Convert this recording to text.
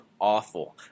awful